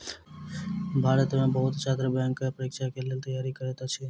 भारत में बहुत छात्र बैंक परीक्षा के लेल तैयारी करैत अछि